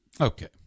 Okay